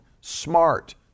smart